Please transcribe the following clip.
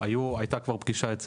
הזה והייתה כבר פגישה,